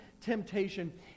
temptation